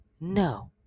No